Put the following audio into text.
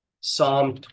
Psalm